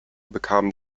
bekam